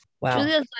Wow